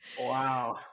Wow